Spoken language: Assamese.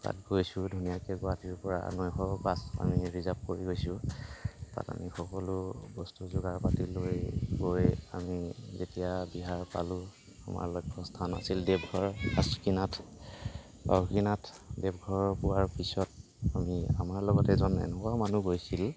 তাত গৈছো ধুনীয়াকৈ গুৱাহাটীৰ পৰা বাছ আমি ৰিজাৰ্ভ কৰি গৈছোঁ তাত আমি সকলো বস্তু যোগাৰ পাতি লৈ গৈ আমি যেতিয়া বিহাৰ পালোঁ আমাৰ লক্ষ্য স্থান আছিল দেৱঘৰ নাথ নাথ দেৱঘৰ পোৱাৰ পিছত আমি আমাৰ লগত এজন এনেকুৱা মানুহ গৈছিল